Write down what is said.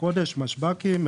כשבא יזם,